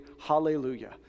hallelujah